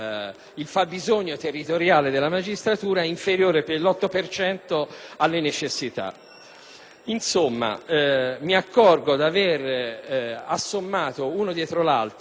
il fabbisogno territoriale della magistratura inferiore dell'8 per cento alle necessità. Insomma, mi accorgo di aver assommato, uno dietro l'altro,